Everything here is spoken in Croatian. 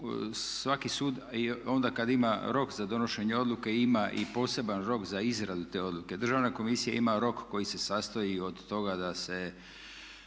Svaki sud onda kad ima rok za donošenje odluke ima i poseban rok za izradu te odluke. Državna komisija ima rok koji se sastoji od toga da se